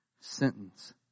sentence